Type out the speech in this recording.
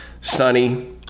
sunny